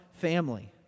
family